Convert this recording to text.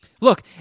Look